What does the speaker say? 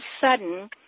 sudden